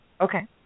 Okay